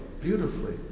beautifully